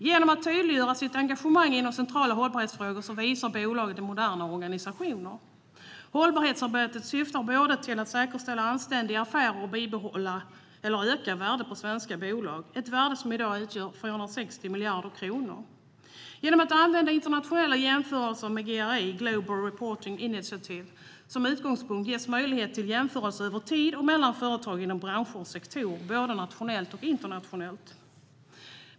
Genom att tydliggöra sitt engagemang i centrala hållbarhetsfrågor visar bolagen att de är moderna organisationer. Hållbarhetsarbetet syftar till att säkerställa anständiga affärer och till att bibehålla eller öka värdet på svenska bolag, ett värde som i dag uppgår till 260 miljarder kronor. Genom att använda internationella jämförelser med GRI, Global Reporting Initiative, som utgångspunkt ges möjlighet till jämförelser över tid och mellan företag inom branscher och sektorer både nationellt och internationellt.